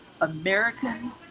American